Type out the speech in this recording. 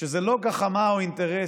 שזה לא גחמה או אינטרס